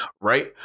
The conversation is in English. right